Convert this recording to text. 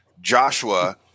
Joshua